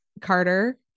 Carter